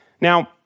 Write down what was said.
Now